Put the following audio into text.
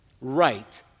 Right